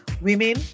women